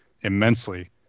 immensely